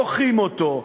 דוחים אותו,